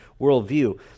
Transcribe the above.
worldview